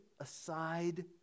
aside